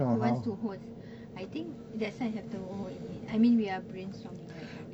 he wants to host I think that's why I have to in it I mean we are brainstorming right now